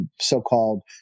so-called